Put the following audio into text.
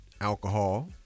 alcohol